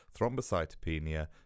thrombocytopenia